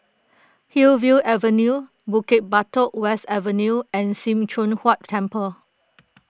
Hillview Avenue Bukit Batok West Avenue and Sim Choon Huat Temple